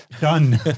Done